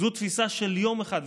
זו תפיסה של יום אחד.